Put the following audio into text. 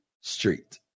Street